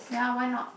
yeah why not